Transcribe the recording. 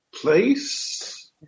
place